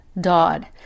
Dodd